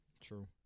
true